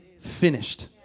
finished